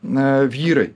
na vyrai